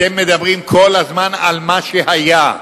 אתם מדברים כל הזמן על מה שהיה.